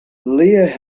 leah